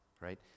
right